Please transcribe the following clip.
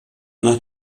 nach